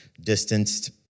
distanced